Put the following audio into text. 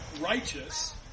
righteous